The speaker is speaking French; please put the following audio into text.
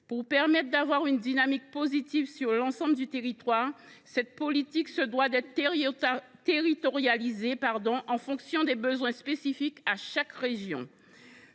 Pour enclencher une dynamique positive sur l’ensemble du territoire, cette politique se doit d’être territorialisée en fonction des besoins spécifiques de chaque région.